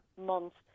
months